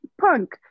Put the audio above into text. punk